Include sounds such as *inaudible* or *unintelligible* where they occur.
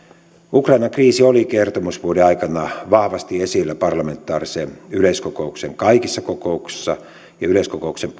ukrainan kriisi oli kertomusvuoden aikana vahvasti esillä parlamentaarisen yleiskokouksen kaikissa kokouksissa ja yleiskokouksen *unintelligible*